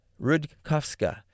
Rudkowska